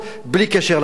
בלי קשר לעניין,